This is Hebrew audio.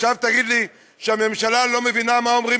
עכשיו תגיד לי שהממשלה לא מבינה מה אומרים